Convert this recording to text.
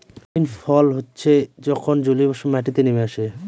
rainfall হচ্ছে যখন জলীয়বাষ্প মাটিতে নেমে আসে